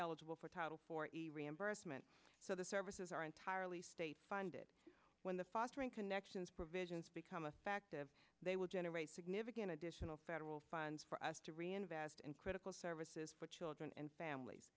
eligible for title forty reimbursement so the services are entirely state funded when the fostering connections provisions become affective they will generate significant additional federal funds for us to reinvest in critical services for children and famil